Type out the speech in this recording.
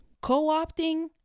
co-opting